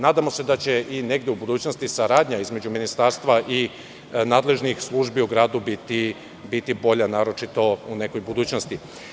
Nadamo se da će negde u budućnosti saradnja između ministarstva i nadležnih službi u gradu biti bolja, naročito u nekoj budućnosti.